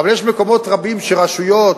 אבל יש מקומות רבים שרשויות,